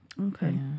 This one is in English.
Okay